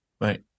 Right